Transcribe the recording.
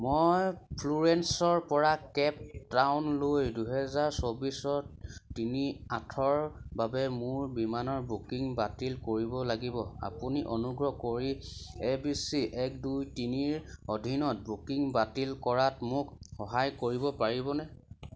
মই ফ্লোৰেন্সৰপৰা কেপ টাউনলৈ দুহেজাৰ চৌবিছত তিনি আঠৰ বাবে মোৰ বিমানৰ বুকিং বাতিল কৰিব লাগিব আপুনি অনুগ্ৰহ কৰি এ বি চি এক দুই তিনিৰ অধীনত বুকিং বাতিল কৰাত মোক সহায় কৰিব পাৰিবনে